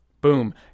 Boom